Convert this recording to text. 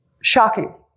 Shocking